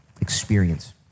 experience